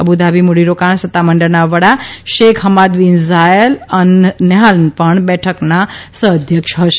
Abu Dhabi મૂડીરોકાણ સત્તામંડળના વડા Sheikh Hamad bin Zayed Al Nahyan પણ બેઠકના સહ અધ્યક્ષ હશે